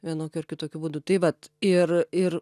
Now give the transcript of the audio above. vienokiu ar kitokiu būdu tai vat ir ir